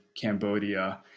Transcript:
Cambodia